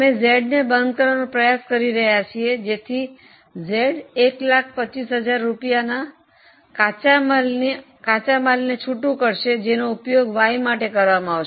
અમે Z ને બંધ કરવાનો પ્રયાસ કરી રહ્યા છીએ જેથી Z 125000 રૂપિયા કાચા માલની છુટું કરશે જેનો ઉપયોગ Y માટે કરવામાં આવશે